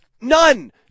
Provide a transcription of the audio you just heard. none